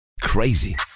Crazy